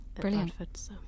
brilliant